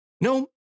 No